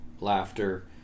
laughter